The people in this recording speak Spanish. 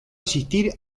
asistir